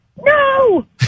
No